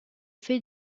fait